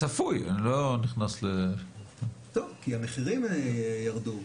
כי המחירים ירדו.